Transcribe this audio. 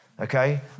okay